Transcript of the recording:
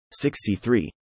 6C3